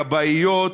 כבאיות,